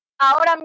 Ahora